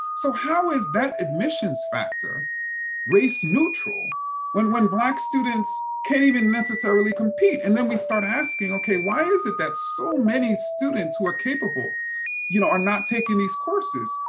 so how is that admissions factor race neutral when when black students can't even necessarily compete? and then we start asking, ok, why is it that so many students who are capable you know are not taking these courses?